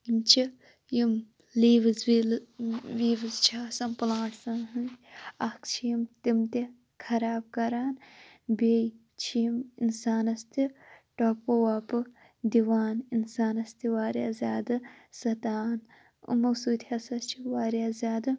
یِمہٕ چھِ یِم لیٖوٕز ویٖلٕز ویٖوٕز چھِ آسان پُلانٛٹسَن ہٕنٛدۍ اَکھ چھِ یِم تِم تہِ خَراب کَران بیٚیہِ چھِ یِم اِنسانَس تہِ ٹۅپو وۅپو دِوان اِنسانَس تہِ واریاہ زیادٕ سَتاوان یِمو سٍتۍ ہَسا چھِ واریاہ زیادٕ